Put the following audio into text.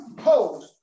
Hold